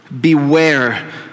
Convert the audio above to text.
beware